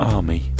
Army